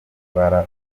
gitaramo